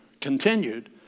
continued